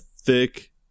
thick